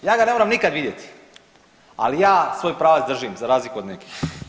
Ja ga ne moram nikad vidjeti, ali ja svoj pravac držim za razliku od nekih.